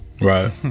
right